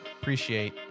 appreciate